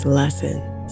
lessons